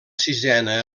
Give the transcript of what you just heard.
sisena